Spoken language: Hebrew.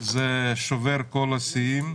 זה שובר את כל השיאים.